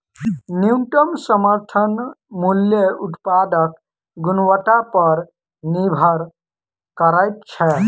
न्यूनतम समर्थन मूल्य उत्पादक गुणवत्ता पर निभर करैत छै